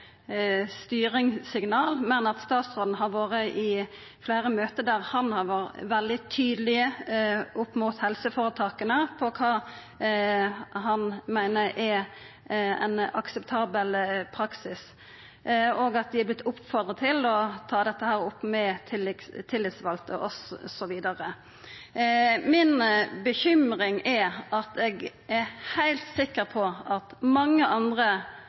styringssignal, men at statsråden har vore i fleire møte der han var veldig tydeleg, overfor helseføretaka, på kva han meiner er ein akseptabel praksis, og at dei har vorte oppmoda til å ta dette opp med tillitsvalde, osv. Mi bekymring er denne: Eg er heilt sikker på at mange andre